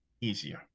easier